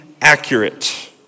accurate